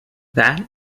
that